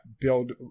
build